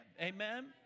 Amen